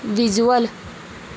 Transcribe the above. visual